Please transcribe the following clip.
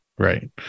Right